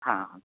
হ্যাঁ হাঁ